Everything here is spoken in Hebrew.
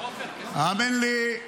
האמן לי,